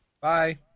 bye